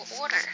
order